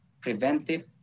preventive